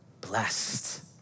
blessed